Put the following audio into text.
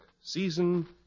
season